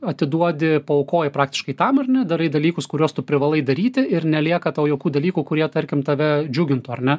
atiduodi paaukoji praktiškai tam ar ne darai dalykus kuriuos tu privalai daryti ir nelieka tau jokių dalykų kurie tarkim tave džiugintų ar ne